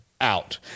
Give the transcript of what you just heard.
out